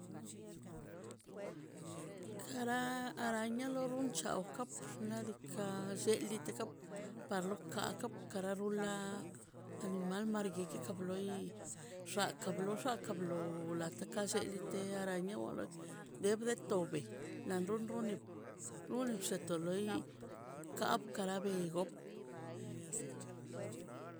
Kara araña lowchanka xnaꞌ diikaꞌ llelitekap par loka lop kara rula animale margueke karbron loi xaka blo xakablo laka lleka blite aranio debde tobe lan run runi runi bxe to loi kak kara bego